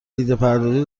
ایدهپردازی